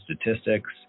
statistics